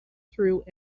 through